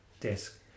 desk